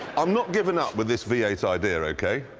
i'm not giving up with this v eight idea, okay?